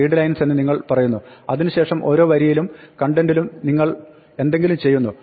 readlines എന്ന് നിങ്ങൾ പറയുന്നു അതിന് ശേഷം ഓരോ വരിയിലും കണ്ടെന്റിലും നിങ്ങൾ അതിൽ എന്തെങ്കിലും ചെയ്യുന്നു